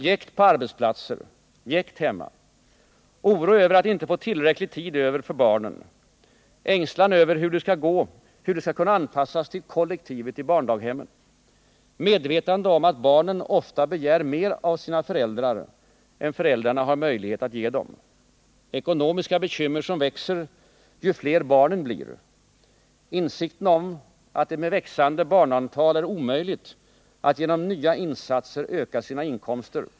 Jäkt på arbetsplatser, jäkt hemma, oro över att inte få tillräcklig tid över för barnen, ängslan över hur de skall kunna anpassas till kollektivet i barndaghemmen. Medvetande om att barnen ofta begär mera av sina föräldrar än dessa har möjlighet att ge dem. Ekonomiska bekymmer som växer ju fler barnen blir. Insikten om att det med växande barnantal är omöjligt att genom nya insatser öka sina inkomster.